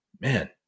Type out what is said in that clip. man